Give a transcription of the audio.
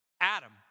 Adam